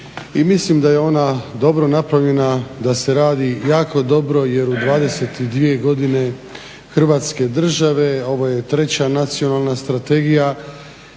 Mislim da je ona dobro napravljena, da se radi jako dobro jer u 22 godine Hrvatske države, ovo je treća nacionalna strategija.